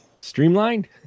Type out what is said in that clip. Streamlined